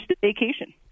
vacation